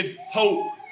hope